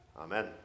Amen